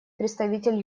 представитель